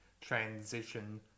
transition